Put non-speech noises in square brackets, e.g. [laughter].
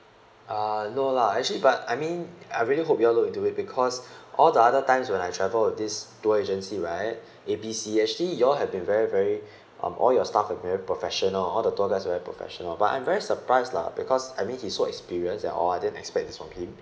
uh no lah actually but I mean I really hope you all look into it because [breath] all the other times when I travel with this tour agency right [breath] A B C actually you all have been very very [breath] um all your staffs were very professional all the tour guides very professional but I'm very surprised lah because I mean he so experience and all I didn't expect this from him [breath]